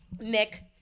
Nick